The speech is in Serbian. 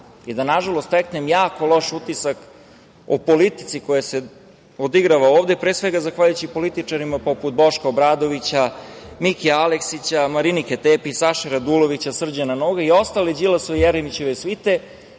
i da, nažalost, steknem jako loš utisak o politici koja se odigrava ovde, pre svega zahvaljujući političarima poput Boška Obradovića, Mike Aleksića, Marinike Tepić, Saše Radulovića, Srđana Noga i ostalih iz Đilasove i Jeremićeve svite,